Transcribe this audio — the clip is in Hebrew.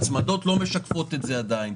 ההצמדות לא משקפות את זה עדיין,